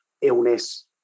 illness